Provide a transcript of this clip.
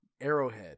arrowhead